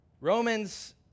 Romans